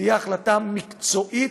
תהיה החלטה מקצועית,